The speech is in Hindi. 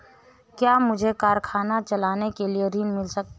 क्या मुझे कारखाना चलाने के लिए ऋण मिल सकता है?